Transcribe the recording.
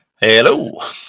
Hello